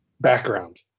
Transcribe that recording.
background